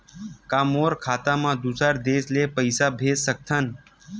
का मोर खाता म दूसरा देश ले पईसा भेज सकथव?